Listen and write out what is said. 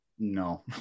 No